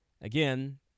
Again